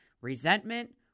resentment